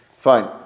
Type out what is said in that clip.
fine